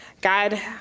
God